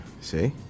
See